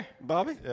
Bobby